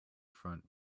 front